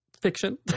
Fiction